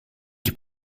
heb